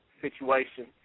situation